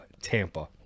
Tampa